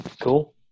Cool